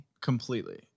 Completely